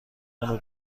اونو